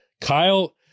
Kyle